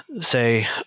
Say